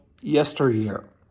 yesteryear